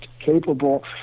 capable